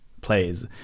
plays